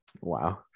Wow